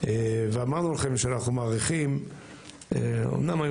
ואמרנו לכם שאנחנו מעריכים אומנם היו